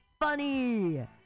funny